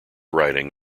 riding